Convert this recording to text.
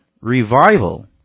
revival